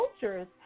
cultures